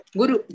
guru